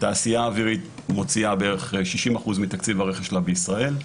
התעשייה האווירית מוציאה בערך 60% מתקציב הרכש שלה בישראל.